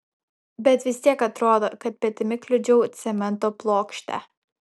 bet vis tiek atrodo kad petimi kliudžiau cemento plokštę